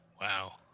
Wow